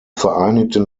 vereinigten